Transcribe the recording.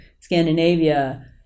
Scandinavia